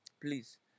please